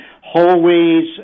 hallways